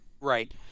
Right